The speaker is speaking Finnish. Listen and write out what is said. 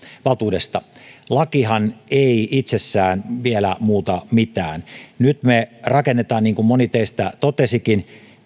lakihan ei itsessään vielä muuta mitään nyt me rakennamme niin kuin moni teistä totesikin